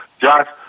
Josh